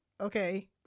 okay